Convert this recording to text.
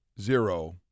Zero